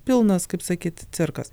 pilnas kaip sakyt cirkas